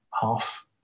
half